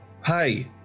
Hi